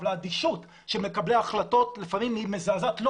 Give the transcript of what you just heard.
אבל האדישות של מקבלי ההחלטות לפעמים היא מזעזעת לא